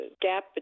gap